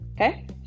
Okay